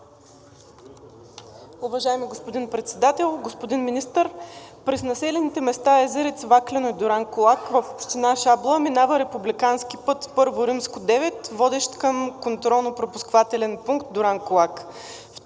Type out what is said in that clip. Уважаеми господин Председател, господин Министър! През населените места Езерец, Ваклино и Дуранкулак в община Шабла минава републикански път I-9, водещ към Контролно-пропускателен пункт „Дуранкулак“.